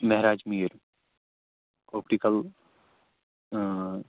Meraj Mir optical in